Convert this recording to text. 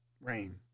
rain